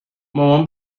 مامان